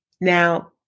Now